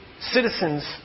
citizens